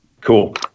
Cool